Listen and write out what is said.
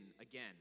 again